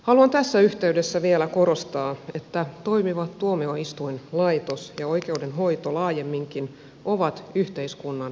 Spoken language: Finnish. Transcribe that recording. haluan tässä yhteydessä vielä korostaa että toimiva tuomioistuinlaitos ja oikeudenhoito laajemminkin ovat yhteiskunnan ydintoimintoja